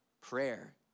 Prayer